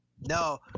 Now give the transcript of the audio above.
No